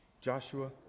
Joshua